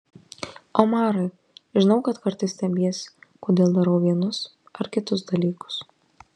omarai žinau kad kartais stebiesi kodėl darau vienus ar kitus dalykus